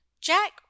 jack